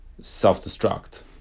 self-destruct